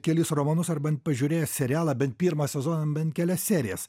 kelis romanus ar bent pažiūrėjęs serialą bent pirmą sezoną bent kelias serijas